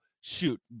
shoot